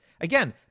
Again